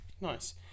Nice